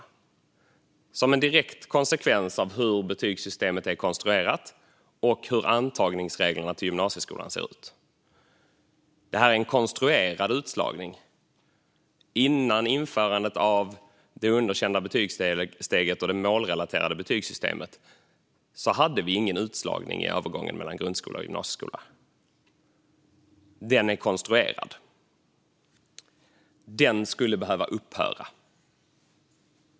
Det är en direkt konsekvens av hur betygssystemet är konstruerat och hur antagningsreglerna till gymnasieskolan ser ut. Det är en konstruerad utslagning. Innan införandet av det underkända betygssteget och det målrelaterade betygssystemet hade vi ingen utslagning i övergången mellan grundskola och gymnasieskola. Den är konstruerad. Den skulle behöva upphöra.